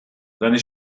seine